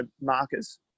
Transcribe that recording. markers